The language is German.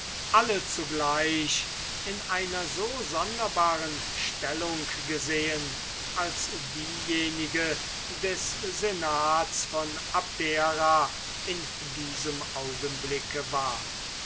alle zugleich in einer so sonderbaren attitüde gesehen als diejenige des senats von abdera in diesem augenblicke war